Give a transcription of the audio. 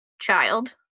Child